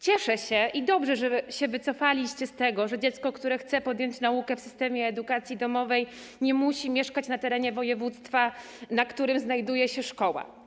Cieszę się - i dobrze, że się z tego wycofaliście - że dziecko, które chce podjąć naukę w systemie edukacji domowej, nie musi mieszkać na terenie województwa, w którym znajduje się szkoła.